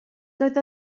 doedd